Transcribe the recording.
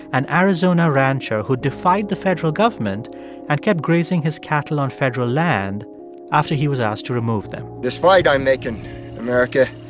an arizona rancher who defied the federal government and kept grazing his cattle on federal land after he was asked to remove them this fight i make in america,